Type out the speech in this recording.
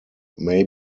may